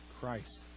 christ